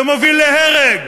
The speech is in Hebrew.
שמוביל להרג.